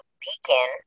beacon